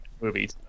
movies